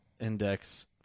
index